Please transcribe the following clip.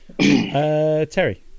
terry